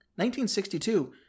1962